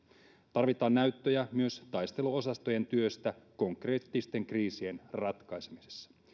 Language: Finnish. tarvitaan näyttöjä myös taisteluosastojen työstä konkreettisten kriisien ratkaisemisessa